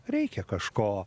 reikia kažko